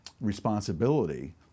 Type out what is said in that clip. responsibility